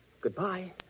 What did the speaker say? Goodbye